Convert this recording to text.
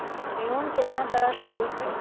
Loan केतना तरह के होअ हई?